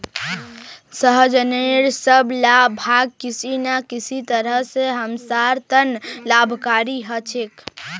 सहजनेर सब ला भाग किसी न किसी तरह स हमसार त न लाभकारी ह छेक